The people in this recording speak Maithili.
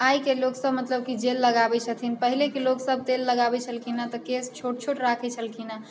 आइके लोक सब मतलब की जेल लगाबैत छथिन पहिलेके लोकसब तेल लगाबैत छलखिन तऽ केश छोट छोट राखैत छलखिन